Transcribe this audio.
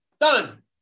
done